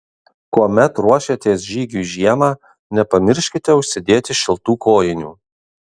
kuomet ruošiatės žygiui žiemą nepamirškite užsidėti šiltų kojinių